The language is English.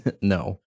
No